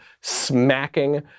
smacking